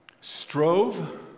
Strove